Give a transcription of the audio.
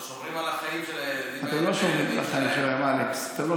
שומרים על החיים של הילדים האלה ועל הילדים שלהם.